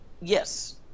Yes